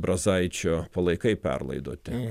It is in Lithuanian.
brazaičio palaikai perlaidoti